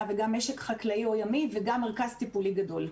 וגם משק חקלאי או ימי וגם מרכז טיפולי גדול,